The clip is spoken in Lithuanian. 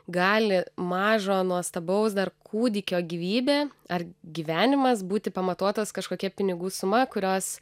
gali mažo nuostabaus dar kūdikio gyvybė ar gyvenimas būti pamatuotas kažkokia pinigų suma kurios